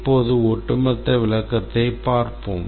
இப்போது ஒட்டுமொத்த விளக்கத்தைப் பார்ப்போம்